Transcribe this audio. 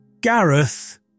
Gareth